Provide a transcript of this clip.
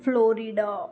Florida